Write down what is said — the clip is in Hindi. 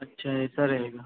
अच्छा ऐसा रहेगा